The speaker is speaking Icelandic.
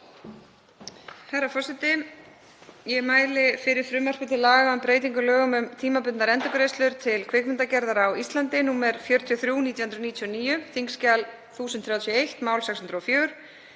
Herra forseti. Ég mæli fyrir frumvarpi til laga um breytingu á lögum um tímabundnar endurgreiðslur til kvikmyndagerðar á Íslandi, nr. 43/1999, á þskj. 1031, máli 604.